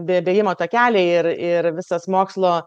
bė bėgimo takeliai ir ir visas mokslo